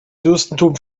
fürstentum